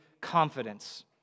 confidence